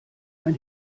ein